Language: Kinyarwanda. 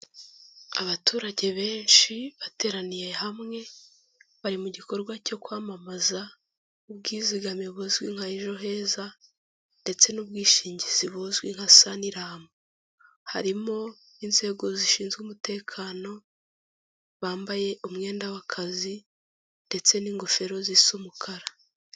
Abaturage benshi bateraniye hamwe, bari mu gikorwa cyo kwamamaza ubwizigame buzwi nka ejo heza ndetse n'ubwishingizi buzwi nka saniramu, harimo inzego zishinzwe umutekano, bambaye umwenda w'akazi ndetse n'ingofero zisa umukara.